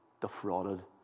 defrauded